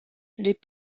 les